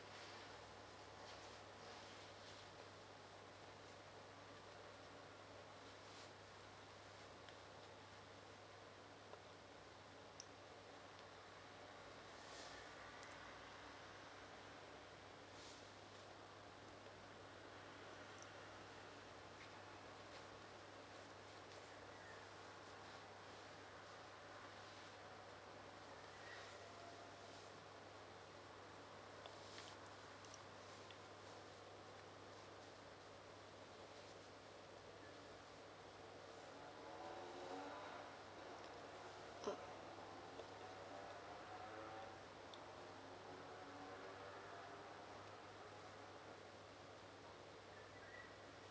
uh